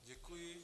Děkuji.